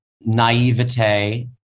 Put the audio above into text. naivete